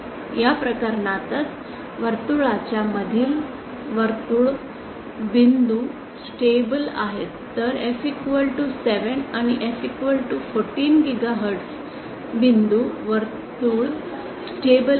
या प्रकरणात च वर्तुळाच्या मधील वर्तुळ बिंदू स्टेबल आहेत तर f 7 आणि 14 गिगाहर्ट्ज बिंदू वर्तुळ स्टेबल आहेत